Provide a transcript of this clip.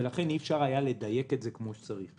ולכן אי אפשר היה לדייק את זה כמו שצריך.